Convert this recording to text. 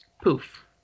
Poof